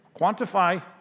Quantify